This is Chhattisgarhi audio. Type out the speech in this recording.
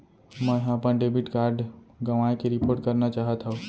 मै हा अपन डेबिट कार्ड गवाएं के रिपोर्ट करना चाहत हव